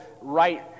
right